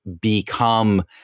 become